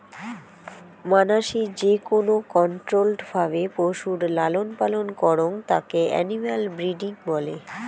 মানাসি যেকোন কন্ট্রোল্ড ভাবে পশুর লালন পালন করং তাকে এনিম্যাল ব্রিডিং বলে